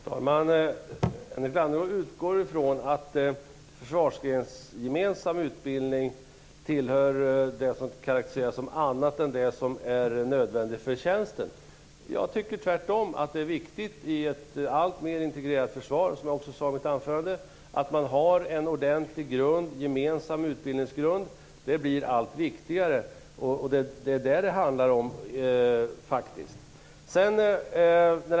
Herr talman! Henrik Landerholm utgår från att försvarsgrensgemensam utbildning tillhör det som karakteriseras som annat än det som är nödvändigt för tjänsten. Jag tycker att det tvärtom är viktigt i ett alltmer integrerat försvar att man, som jag sade i mitt huvudanförande, har en ordentlig grund, en gemensam utbildningsgrund. Detta blir allt viktigare. Det är vad det faktiskt handlar om.